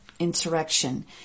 Insurrection